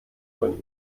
von